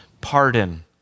pardon